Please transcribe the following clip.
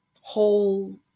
whole